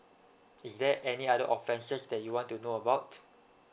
is there any other offenses that you want to know about